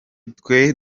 twe